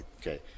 Okay